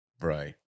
Right